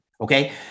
Okay